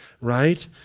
right